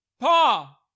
Paul